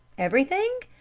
everything?